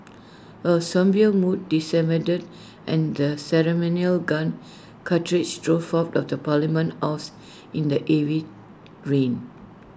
A sombre mood descended and the ceremonial gun carriage drove out of parliament house in the heavy rain